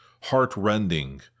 heartrending